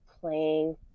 playing